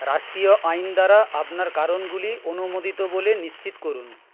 রাষ্ট্রীয় আইন দ্বারা আপনার কারণগুলি অনুমোদিত বলে নিশ্চিত করুন